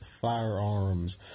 Firearms